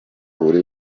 buri